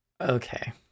okay